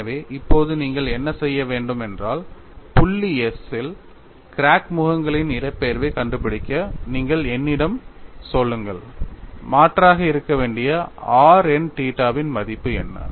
எனவே இப்போது நீங்கள் என்ன செய்ய வேண்டும் என்றால் புள்ளி s ல் கிராக் முகங்களின் இடப்பெயர்வைக் கண்டுபிடிக்க நீங்கள் என்னிடம் சொல்லுங்கள் மாற்றாக இருக்க வேண்டிய r n தீட்டாவின் மதிப்பு என்ன